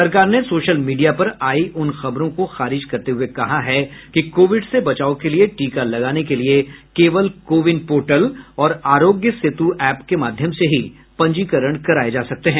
सरकार ने social media पर आयी उन खबरों को खारिज करते हुए कहा है कि कोविड से बचाव के लिये टीका लगाने के लिये केवल कोविन पोर्टल और आरोग्य सेतु एप के माध्यम से ही पंजीकरण कराये जा सकते हैं